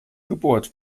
gebohrt